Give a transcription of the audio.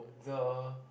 the